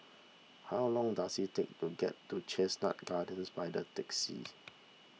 how long does it take to get to Chestnut Gardens by the taxi